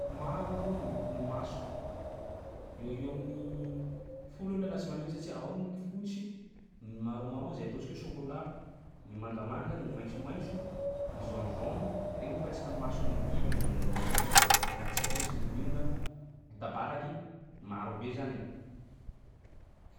Maro aloha ny lokon'ny maso. Eo ho eo amin'ny folo aloha laha tsy mahay manisa satsia ao ny fotsy, ny marron marron zay ataontsika hoe chocolat, ny mangamanga, gny maitsomaitso, ny jaune jauny, regny moa presque am'mason'ny biby ny jaune jaune regny alantsika ohatsy ny liona, ny tabalaky, marobe zany e.